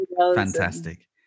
Fantastic